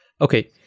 Okay